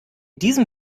diesem